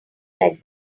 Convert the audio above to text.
like